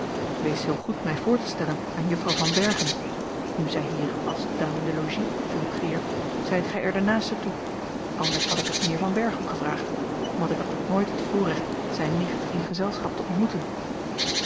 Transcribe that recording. wees zoo goed mij voor te stellen aan juffrouw van berchem nu zij hier als dame de logis fungeert zijt gij er de naaste toe anders had ik het mijnheer van berchem gevraagd want ik had nog nooit het voorrecht zijne nicht in gezelschap te ontmoeten